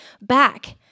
back